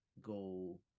go